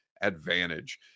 Advantage